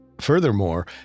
Furthermore